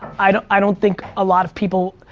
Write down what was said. i don't i don't think a lot of people,